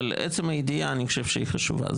אבל עצם הידיעה אני חושב שהיא חשובה.